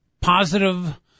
positive